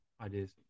ideas